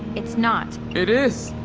it's not it is!